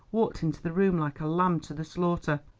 walked into the room, like a lamb to the slaughter.